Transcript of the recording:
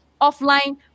offline